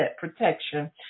protection